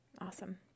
Awesome